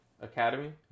Academy